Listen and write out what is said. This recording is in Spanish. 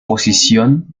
posición